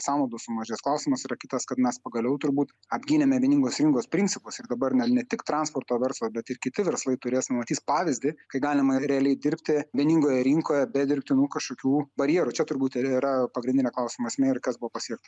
sąnaudų sumažės klausimas yra kitas kad mes pagaliau turbūt apgynėme vieningos rinkos principus ir dabar ne ne tik transporto verslą bet ir kiti verslai turės va matys pavyzdį kai galima realiai dirbti vieningoje rinkoje be dirbtinų kažkokių barjerų čia turbūt ir yra pagrindinė klausimo esmė ir kas buvo pasiekta